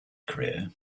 career